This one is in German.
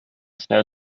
schnell